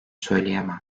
söyleyemem